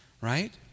right